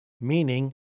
meaning